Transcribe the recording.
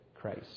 Christ